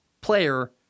player